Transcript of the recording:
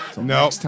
No